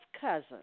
cousin